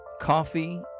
Coffee